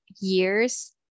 years